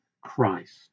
Christ